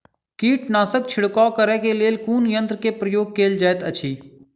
कीटनासक छिड़काव करे केँ लेल कुन यंत्र केँ प्रयोग कैल जाइत अछि?